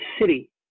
city